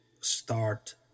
start